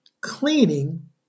cleaning